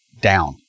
down